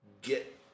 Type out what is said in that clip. get